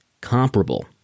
comparable